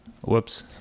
Whoops